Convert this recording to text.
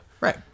Right